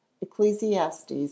Ecclesiastes